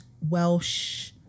Welsh